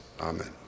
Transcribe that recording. amen